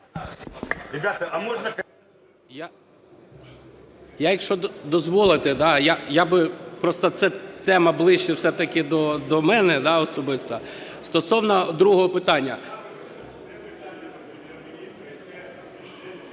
Я, якщо дозволите, я би… просто ця тема ближче все-таки до мене особисто. Стосовно другого питання.